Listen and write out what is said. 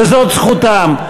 וזאת זכותם.